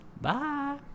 Bye